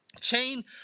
chain